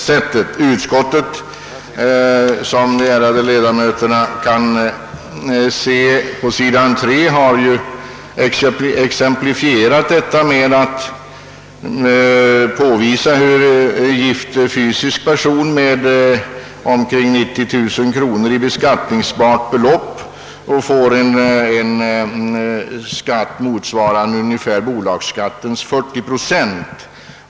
Som de ärade ledamöterna kan se på s. 3 i betänkandet påpekar utskottet att gift fysisk person med omkring 90000 kronor i beskattningsbar inkomst får en statlig inkomstskatt som ungefär motsvarar bolagsskatt, d.v.s. 40 procent.